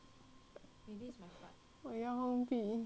我要放屁